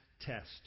test